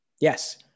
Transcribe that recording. Yes